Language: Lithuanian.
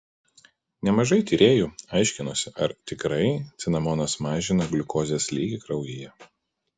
nemažai tyrėjų aiškinosi ar tikrai cinamonas mažina gliukozės lygį kraujyje